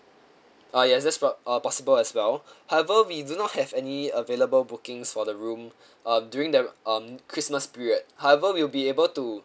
uh yes that's pos~ uh possible as well however we do not have any available bookings for the room uh during the um christmas period however we will be able to